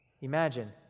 Imagine